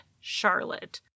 Charlotte